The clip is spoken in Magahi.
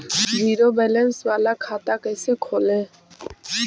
जीरो बैलेंस बाला खाता कैसे खोले?